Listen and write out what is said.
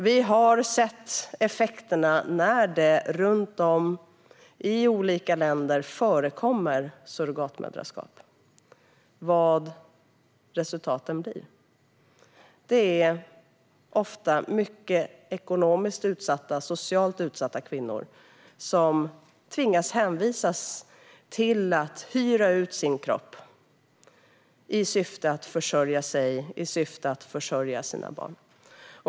Vi har sett effekterna när det runt om i olika länder förekommer surrogatmoderskap och vad resultaten blir. Det är ofta mycket ekonomiskt och socialt utsatta kvinnor som tvingas hänvisas till att hyra ut sin kropp i syfte att försörja sig och sina barn.